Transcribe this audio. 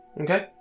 Okay